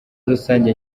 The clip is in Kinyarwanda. rusange